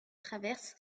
traverse